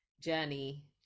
journey